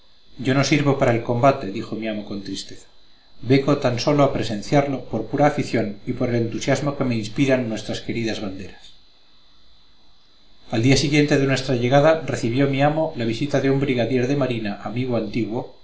yo no sirvo para el combate dijo mi amo con tristeza vengo tan sólo a presenciarlo por pura afición y por el entusiasmo que me inspiran nuestras queridas banderas al día siguiente de nuestra llegada recibió mi amo la visita de un brigadier de marina amigo antiguo